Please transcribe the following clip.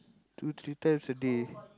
two three times a day